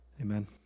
Amen